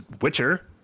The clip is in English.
Witcher